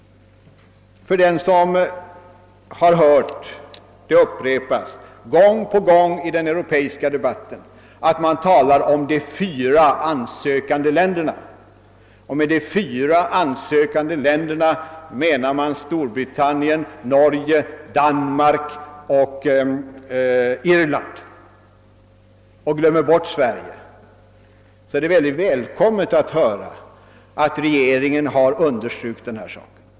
För den som gång på gång i den europeiska debatten hört talas om »de fyra ansökande länderna» — och härmed avses Storbritannien, Norge, Danmark och Irland, medan Sverige glöms bort — är det glädjande att höra att regeringen understrukit detta.